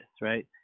right